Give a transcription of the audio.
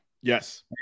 Yes